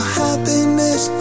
happiness